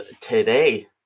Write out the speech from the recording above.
today